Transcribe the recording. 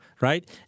right